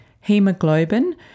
Hemoglobin